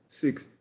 six